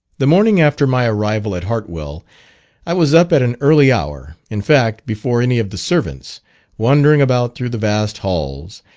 the morning after my arrival at hartwell i was up at an early hour in fact, before any of the servants wandering about through the vast halls,